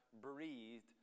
breathed